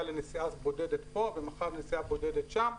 לנסיעה בודדת פה ומחר נסיעה בודדת שם.